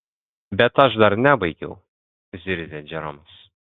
bet aš dar nebaigiau zirzė džeromas